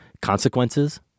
consequences